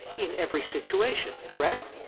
in every situation. correct?